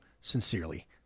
sincerely